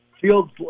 Fields